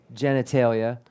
genitalia